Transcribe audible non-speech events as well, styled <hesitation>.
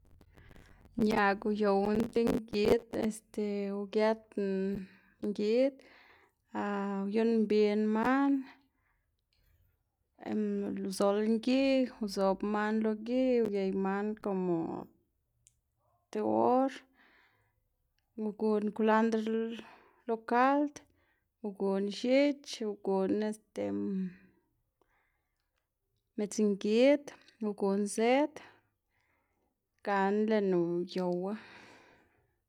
Ñaꞌg uyowná ti ngid este ugëtná ngid <hesitation> uyuꞌnn mbiná man <hesitation> uzolná gi, uzobná man lo gi uyey man komo ti or, uguná kwlandr lo lo kald, uguná x̱ich, uguná este midzngid, uguná zëd gana lëꞌná uyowu.